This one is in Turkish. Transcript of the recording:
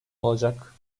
olacak